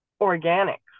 organic